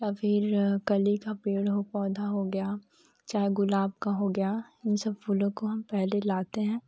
अभीर कलि का पेड़ हो पौधा हो गया चाहे गुलाब का हो गया इन सब फूलों को हम पहले से लाते हैं